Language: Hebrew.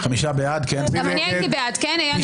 מי נמנע?